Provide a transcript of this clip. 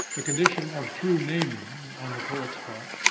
the condition of true naming, on the poet's part,